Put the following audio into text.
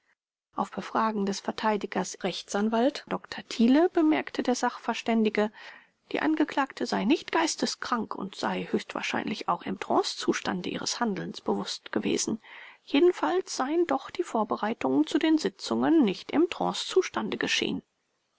auf befragen des vert r a dr thiele bemerkte der sachverständige die angeklagte sei nicht geisteskrank und sei sich höchstwahrscheinlich auch im trancezustande ihres handelns bewußt gewesen jedenfalls seien doch die vorbereitungen zu den sitzungen nicht im trancezustande geschehen